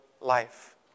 life